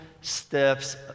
steps